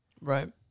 right